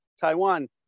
Taiwan